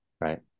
right